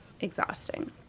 exhausting